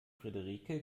frederike